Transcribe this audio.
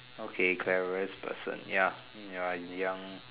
okay cleverest person ya ya young